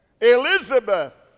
Elizabeth